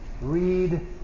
Read